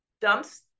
dumps